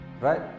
right